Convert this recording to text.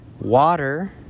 water